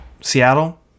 Seattle